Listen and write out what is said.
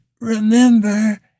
remember